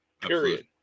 Period